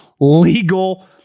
legal